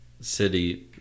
City